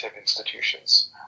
institutions